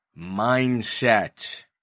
mindset